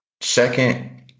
second